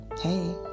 hey